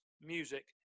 music